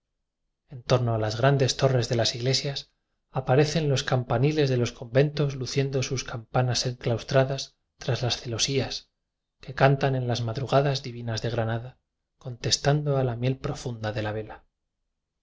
en torno a las grandes torres de las iglesias aparecen los campaniles de los con ventos luciendo sus campanas enclaustra das tras las celosías que cantan en las madrugadas divinas de granada contes tando a la miel profunda de la vela